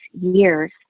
years